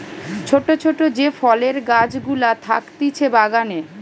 ছোট ছোট যে ফলের গাছ গুলা থাকতিছে বাগানে